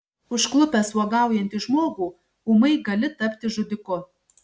užklupęs uogaujantį žmogų ūmai gali tapti žudiku